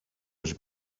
els